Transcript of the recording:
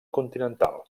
continental